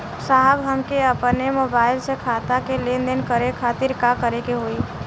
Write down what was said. साहब हमके अपने मोबाइल से खाता के लेनदेन करे खातिर का करे के होई?